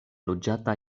loĝata